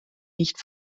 nicht